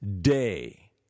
day